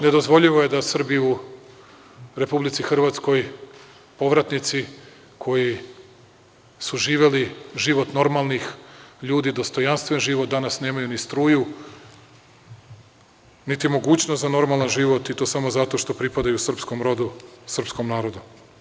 Ne dozvoljivo je da Srbi u Republici Hrvatskoj, povratnici koji su živeli život normalnih ljudi, dostojanstven život, danas nemaju ni struju, niti mogućnost za normalan život i to samo zato što pripadaju srpskom rodu, srpskom narodu.